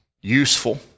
useful